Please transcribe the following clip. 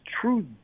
true